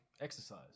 exercise